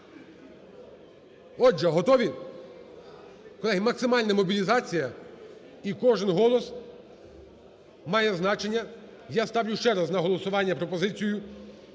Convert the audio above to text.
Отже, готові? Колеги, максимальна мобілізація, і кожен голос має значення. Я ставлю ще раз на голосування пропозицію